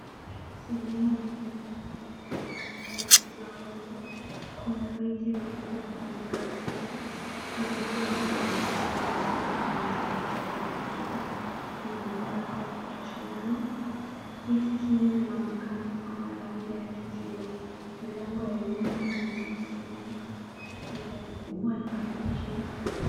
Sehemu ya ndani ya gari inaonekana ikiwa wazi. Kuna viti vilivyopangika vizuri. Madirisha yanaonekana wazi pande zote za gari hili. Kuna nafasi ya kutosha ndani. Viti hivi vinaonekana kuwa na rangi ya kijivu. Milango ya nyuma imeweza kufunguka. Ni gari kubwa la abiria.